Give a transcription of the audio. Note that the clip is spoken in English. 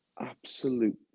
absolute